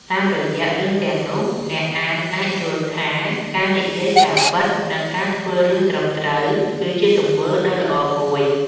តាមរយៈរឿងទាំងនោះ អ្នកអានអាចយល់ថាការនិយាយការពិត និងការធ្វើរឿងត្រឹមត្រូវ គឺជាទង្វើដ៏ល្អមួយ។